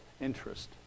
interest